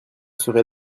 serai